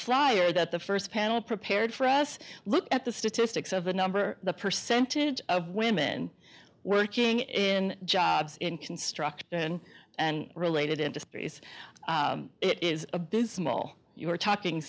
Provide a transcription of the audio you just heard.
flyer that the first panel prepared for us look at the statistics of the number the percentage of women working in jobs in construction and related industries it is abysmal you were talking